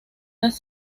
las